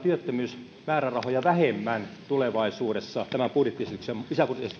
työttömyysmäärärahoja vähemmän tulevaisuudessa tämän lisäbudjettiesityksen